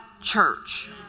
church